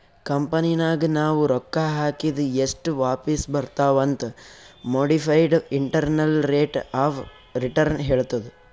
ಕಂಪನಿನಾಗ್ ನಾವ್ ರೊಕ್ಕಾ ಹಾಕಿದ್ ಎಸ್ಟ್ ವಾಪಿಸ್ ಬರ್ತಾವ್ ಅಂತ್ modified internal rate of return ಹೇಳ್ತುದ್